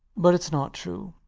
but it's not true.